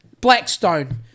Blackstone